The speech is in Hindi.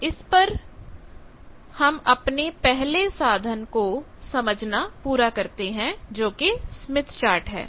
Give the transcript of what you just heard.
तो इस पर पर हम अपने पहले साधन को समझना पूरा करते हैं जो कि स्मिथ चार्ट है